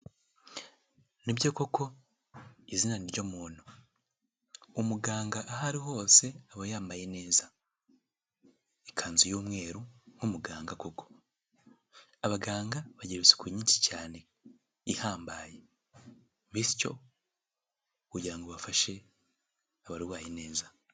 Nibyo koko izina ni ryo muntu. Umuganga aho ari hose aba yambaye neza. Ikanzu y'umweru nk'umuganga koko, abaganga bagira isuku nyinshi cyane ihambaye bityo kugira ngo bafashe abarwayi neza.